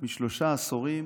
משלושה עשורים